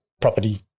property